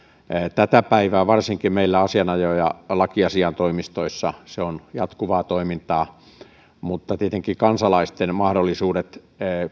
tätä päivää varsinkin meillä asianajo ja lakiasiaintoimistoissa se on jatkuvaa toimintaa mutta tietenkin on hyvä että kansalaisten mahdollisuudet